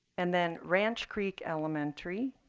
and then ranch creek elementary,